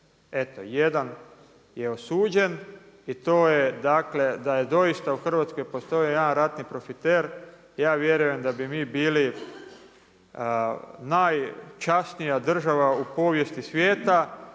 Eto, jedan je osuđen i to je dakle, da doista u Hrvatskoj postoji jedan ratni profiter, ja vjerujem da bi mi bili najčasnija država u povijesti svijeta,